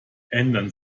ändern